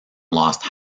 lost